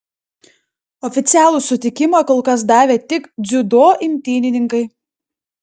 oficialų sutikimą kol kas davė tik dziudo imtynininkai